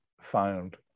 found